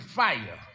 fire